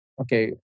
okay